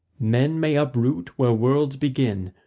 men may uproot where worlds begin,